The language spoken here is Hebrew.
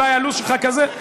אולי הלו"ז שלך כזה.